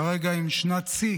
כרגע שנת שיא